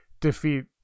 defeat